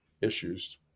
issues